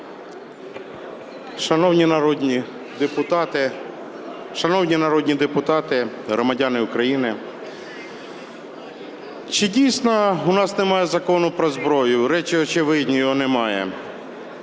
Шановні народні депутати, громадяни України! Чи дійсно в нас немає закону про зброю? Речі очевидні: його немає.